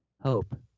Hope